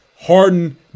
Harden